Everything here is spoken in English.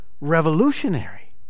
revolutionary